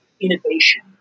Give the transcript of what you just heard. innovation